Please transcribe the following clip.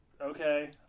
Okay